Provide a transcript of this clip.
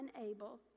unable